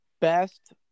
Best